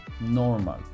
normal